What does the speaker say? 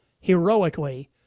heroically